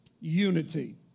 unity